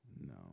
No